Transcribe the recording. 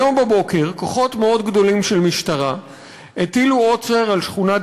היום בבוקר כוחות מאוד גדולים של משטרה הטילו עוצר על שכונת